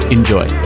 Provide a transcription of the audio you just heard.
Enjoy